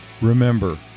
Remember